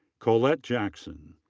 colette jackson.